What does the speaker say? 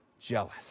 Jealous